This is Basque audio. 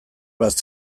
bat